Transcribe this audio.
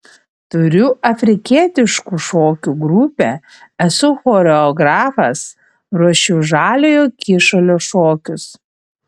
turiu afrikietiškų šokių grupę esu choreografas ruošiu žaliojo kyšulio šokius